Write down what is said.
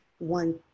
One